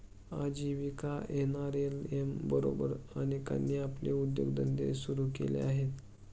आजीविका एन.आर.एल.एम बरोबर अनेकांनी आपले उद्योगधंदे सुरू केले आहेत